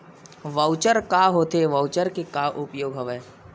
Voucher का होथे voucher के का उपयोग हवय?